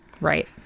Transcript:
Right